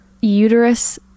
uterus